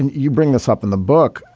and you bring this up in the book,